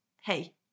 hey